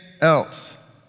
else